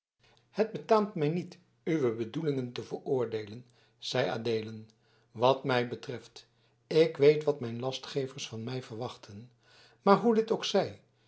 het betaamt mij niet uwe bedoelingen te beoordeelen zeide adeelen wat mij betreft ik weet wat mijn lastgevers van mij verwachten maar hoe dit ook zij